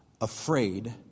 afraid